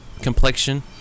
complexion